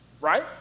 Right